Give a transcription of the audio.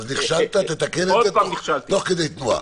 אז נכשלת, תתקן את זה תוך כדי תנועה.